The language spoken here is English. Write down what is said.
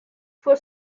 for